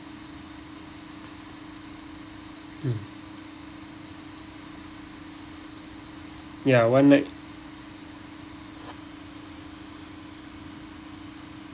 mm ya one night